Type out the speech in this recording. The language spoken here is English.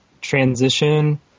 transition